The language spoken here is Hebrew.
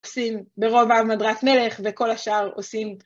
עושים ברוב העם הדרת מלך וכל השאר עושים..